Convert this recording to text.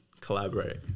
collaborate